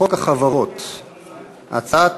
הצעת